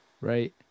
Right